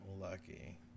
lucky